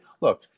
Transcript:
look